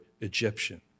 Egyptian